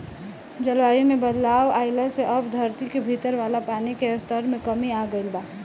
जलवायु में बदलाव आइला से अब धरती के भीतर वाला पानी के स्तर में कमी आ गईल बा